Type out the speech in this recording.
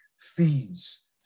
fees